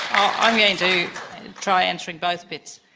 i'm going to try answering both bits.